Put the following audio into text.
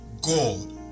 God